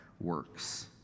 works